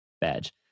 Badge